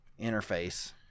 interface